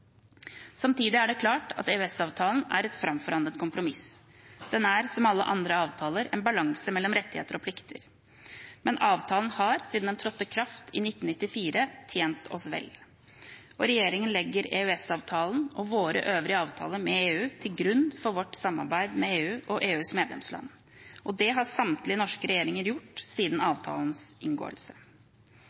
Samtidig er det klart at EØS-avtalen er et framforhandlet kompromiss. Den er som alle andre avtaler en balanse mellom rettigheter og plikter. Men avtalen har, siden den trådte i kraft i 1994, tjent oss vel. Regjeringen legger EØS-avtalen og våre øvrige avtaler med EU til grunn for vårt samarbeid med EU og EUs medlemsland. Det har samtlige norske regjeringer gjort siden avtalens inngåelse.